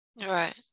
Right